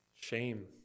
shame